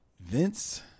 vince